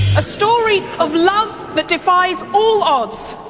a story of love, that defies all odds.